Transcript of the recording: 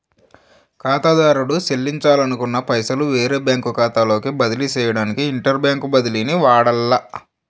కాతాదారుడు సెల్లించాలనుకున్న పైసలు వేరే బ్యాంకు కాతాలోకి బదిలీ సేయడానికి ఇంటర్ బ్యాంకు బదిలీని వాడాల్ల